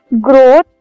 growth